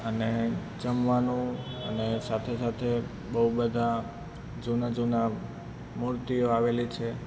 અને જમવાનું અને સાથે સાથે બહુ બધી જૂની જૂની મૂર્તિઓ આવેલી છે